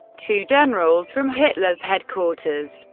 two generals from hitler's headquarters,